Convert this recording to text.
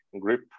grip